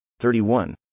31